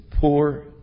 poor